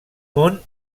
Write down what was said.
món